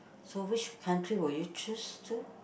so which country would you choose to